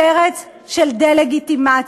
שרץ של דה-לגיטימציה,